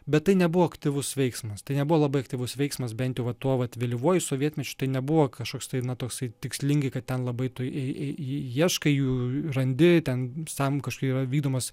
bet tai nebuvo aktyvus veiksmas tai nebuvo labai aktyvus veiksmas bent va tuomet vėlyvuoju sovietmečiu tai nebuvo kažkoks tai na tasai tikslingai kad ten labai tu jį jį ieškai jų randi ten sam kažkokie yra vykdomos